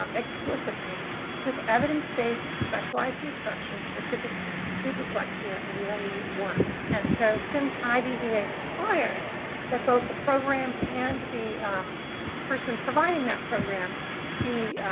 um explicitly with evidence-based specialized instruction specific to dyslexia, really works. and so since idea requires that both the program and the person providing that program be